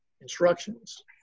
instructions